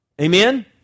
Amen